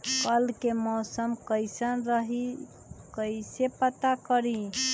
कल के मौसम कैसन रही कई से पता करी?